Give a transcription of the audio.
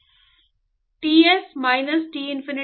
Ts minus T infinity